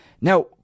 Now